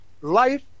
life